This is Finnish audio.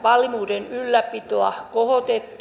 valmiuden ylläpitoa kohottaneet